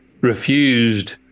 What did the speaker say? refused